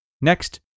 Next